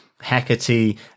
Hecate